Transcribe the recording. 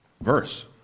verse